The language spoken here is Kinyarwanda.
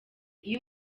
iyo